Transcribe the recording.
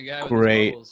great